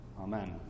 Amen